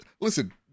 listen